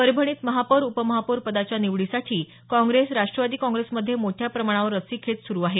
परभणीत महापौर उपमहापौर पदाच्या निवडीसाठी काँग्रेस राष्ट्रवादी काँग्रेसमध्ये मोठ्या प्रमाणावर रस्सीखेच सुरु आहे